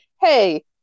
hey